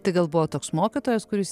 tai gal buvo toks mokytojas kuris